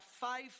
five